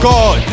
God